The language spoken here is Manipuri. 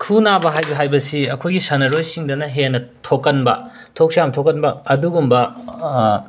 ꯈꯨ ꯅꯥꯕ ꯍꯥꯏꯕ ꯍꯥꯏꯕꯁꯤ ꯑꯩꯈꯣꯏꯒꯤ ꯁꯥꯟꯅꯔꯣꯏꯁꯤꯡꯗꯅ ꯍꯦꯟꯅ ꯊꯣꯛꯀꯟꯕ ꯊꯣꯛꯁꯨ ꯌꯥꯝꯅ ꯊꯣꯛꯀꯟꯕ ꯑꯗꯨꯒꯨꯝꯕ